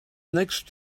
next